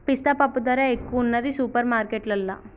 పిస్తా పప్పు ధర ఎక్కువున్నది సూపర్ మార్కెట్లల్లా